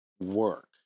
work